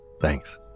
Thanks